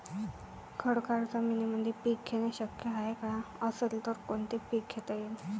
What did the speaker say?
खडकाळ जमीनीमंदी पिके घेणे शक्य हाये का? असेल तर कोनचे पीक घेता येईन?